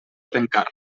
trencar